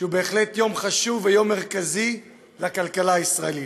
שהוא בהחלט יום חשוב ויום מרכזי לכלכלה הישראלית.